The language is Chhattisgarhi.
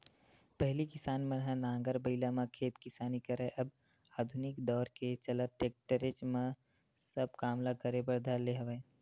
पहिली किसान मन ह नांगर बइला म खेत किसानी करय अब आधुनिक दौरा के चलत टेक्टरे म सब काम ल करे बर धर ले हवय